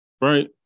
right